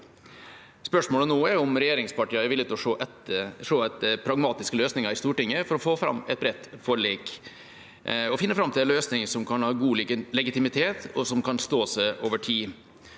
Spørsmålet nå er om regjeringspartiene er villige til å se etter pragmatiske løsninger i Stortinget for å få fram et bredt forlik og finne fram til en løsning som kan ha god legitimitet, og som kan stå seg over tid.